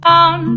on